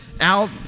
out